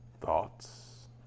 Thoughts